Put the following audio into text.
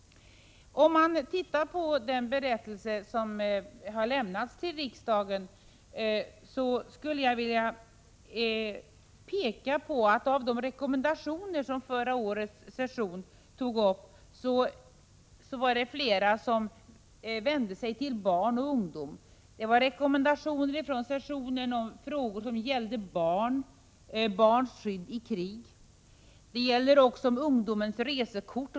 När det gäller den berättelse som har lämnats till riksdagen skulle jag vilja peka på att det var flera av de rekommendationer som gjordes av förra årets session som vände sig till barn och ungdomar. En sådan rekommendation från sessionen gällde barns skydd i krig. En annan rekommendation gällde ungdomens resekort.